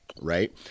right